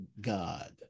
God